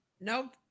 Nope